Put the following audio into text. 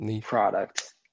product